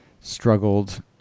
struggled